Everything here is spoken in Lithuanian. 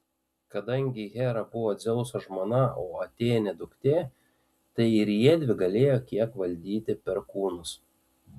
kadangi hera buvo dzeuso žmona o atėnė duktė tai ir jiedvi galėjo kiek valdyti perkūnus